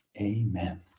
Amen